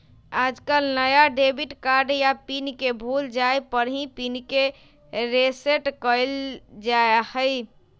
आजकल नया debit card या पिन के भूल जाये पर ही पिन के रेसेट कइल जाहई